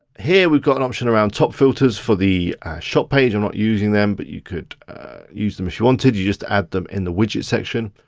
here we've got an option around top filters for the shop page, i'm not using them. but you could use them if you wanted, you just add them in the widgets section.